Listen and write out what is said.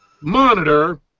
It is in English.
monitor